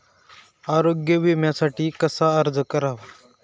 आरोग्य विम्यासाठी कसा अर्ज करायचा?